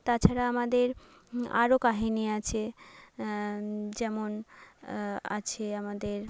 তাছাড়া আমাদের আরো কাহিনি আছে যেমন আছে আমাদের